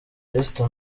esther